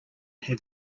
have